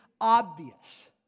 obvious